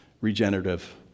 regenerative